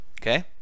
Okay